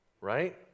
Right